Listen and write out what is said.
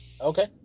Okay